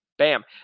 Bam